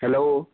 hello